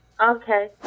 okay